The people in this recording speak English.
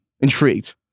Intrigued